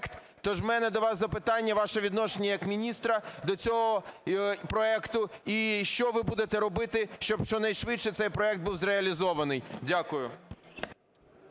Тож в мене до вас запитання, ваше відношення як міністра до цього проекту. І що ви будете робити, щоб щонайшвидше цей проект був зреалізований? Дякую.